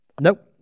Nope